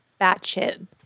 batshit